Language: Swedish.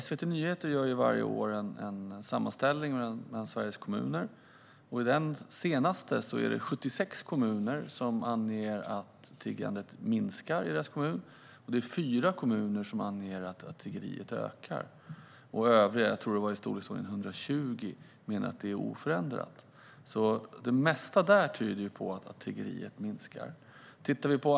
SVT Nyheter gör varje år en sammanställning av tiggerisituationen i Sveriges kommuner, och i den senaste är det 76 kommuner som anger att tiggeriet minskar och 4 kommuner som anger att det ökar. Övriga - jag tror att det var i storleksordningen 120 - menar att det är oförändrat. Det mesta tyder alltså på att tiggeriet minskar.